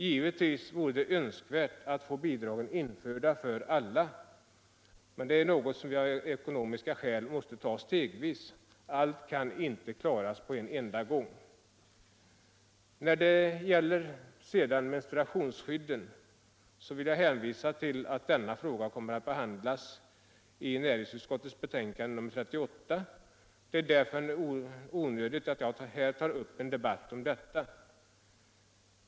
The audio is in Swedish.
Givetvis vore det önskvärt att få bidragen införda för alla, men det är något som vi av ekonomiska skäl måste ta stegvis. Allt kan inte klaras på en enda gång. När det gäller menstruationsskydden vill jag hänvisa till att denna fråga kommer att behandlas i näringsutskottets betänkande nr 38. Därför är det onödigt att jag här tar upp en debatt om detta.